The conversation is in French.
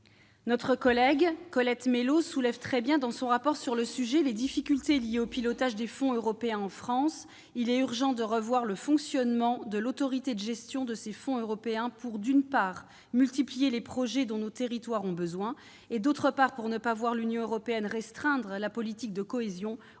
Notre collègue Colette Mélot soulève très justement, dans son rapport sur le sujet, les difficultés liées au pilotage des fonds européens en France. Il est urgent de revoir le fonctionnement de l'autorité de gestion de ces fonds pour, d'une part, multiplier les projets dont nos territoires ont besoin, et, d'autre part, ne pas voir l'Union européenne restreindre la politique de cohésion au prétexte